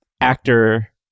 actor